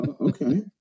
okay